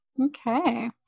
Okay